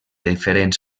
diferents